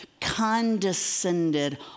condescended